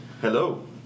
Hello